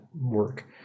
work